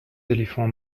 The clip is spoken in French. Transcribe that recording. éléphants